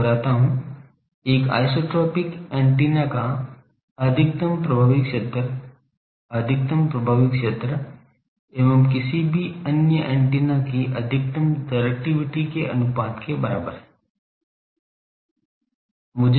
मैं दोहराता हूं एक आइसोट्रोपिक एंटीना का अधिकतम प्रभावी क्षेत्र अधिकतम प्रभावी क्षेत्र एवं किसी भी अन्य एंटीना की अधिकतम डिरेक्टिविटी के अनुपात के बराबर है